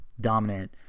dominant